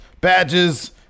badges